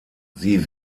sie